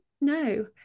No